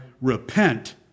Repent